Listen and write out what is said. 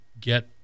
get